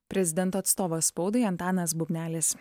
prezidento atstovas spaudai antanas bubnelis